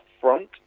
Front